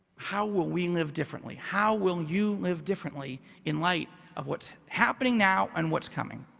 how will we live differently? how will you live differently in light of what's happening now and what's coming?